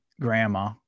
grandma